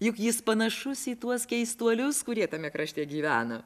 juk jis panašus į tuos keistuolius kurie tame krašte gyvena